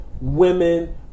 Women